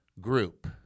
group